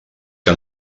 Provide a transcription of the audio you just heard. que